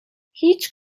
هیچ